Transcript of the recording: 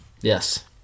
yes